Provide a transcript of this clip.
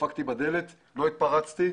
דפקתי בדלת, לא התפרצתי.